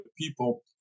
people